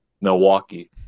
Milwaukee